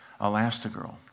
Elastigirl